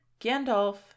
Gandalf